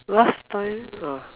last time uh